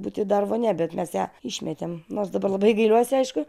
būti dar vonia bet mes ją išmetėm nors dabar labai gailiuosi aišku